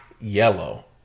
yellow